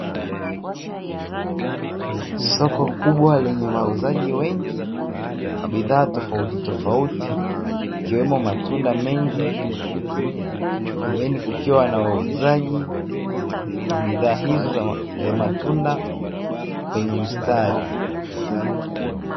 Soko kubwa lenye wauzaji wengi wa bidhaa tofautitofauti ikiwemo matunda mengi, pembeni kukiwa na wauzaji wa bidhaa hizo za matunda kwenye mstari.